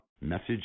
Message